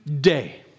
day